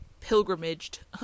pilgrimaged